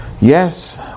Yes